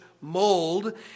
mold